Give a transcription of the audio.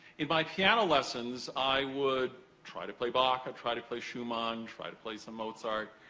in my piano lessons, i would try to play bach, i'd try to play schumann, try to play some mozart.